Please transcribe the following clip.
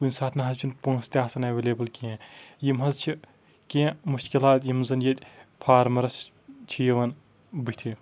کُنہِ ساتہٕ نَہ حظ چھُنہٕ پونٛسہٕ تہِ آسان اٮ۪ولیبٕل کیٚنٛہہ یِم حظ چھِ کیٚنٛہہ مُشکِلات یِم زَن ییٚتہِ فارمَرَس چھِ یِوان بٕتھِ